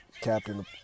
Captain